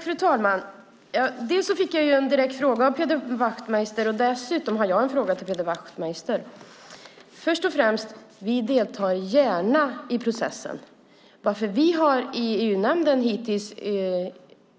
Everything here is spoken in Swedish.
Fru talman! Dels fick jag en direkt fråga av Peder Wachtmeister, dels har jag en fråga till Peder Wachtmeister. Först och främst: Vi deltar gärna i processen. Varför vi hittills i EU-nämnden har